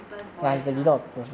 people's voice ah